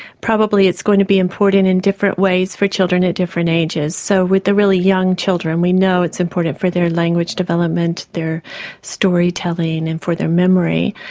probably it's going to be important in different ways for children at different ages. so with the really young children we know it's important for their language development, their storytelling and for their memory,